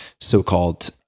so-called